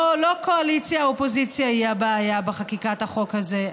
לא קואליציה אופוזיציה היא הבעיה בחקיקת החוק הזה.